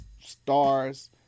stars